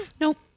Nope